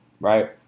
right